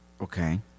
okay